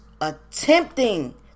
attempting